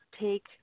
take